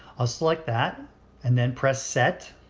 i'll select that and then press set.